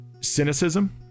cynicism